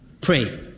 Pray